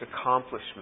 accomplishment